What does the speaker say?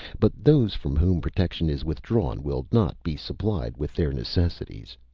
but those from whom protection is withdrawn will not be supplied with their necessities!